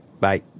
bye